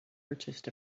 purchased